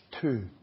two